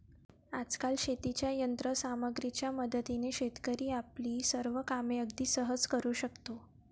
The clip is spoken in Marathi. आजकाल शेतीच्या यंत्र सामग्रीच्या मदतीने शेतकरी आपली सर्व कामे अगदी सहज करू शकतो